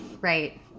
right